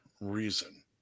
reason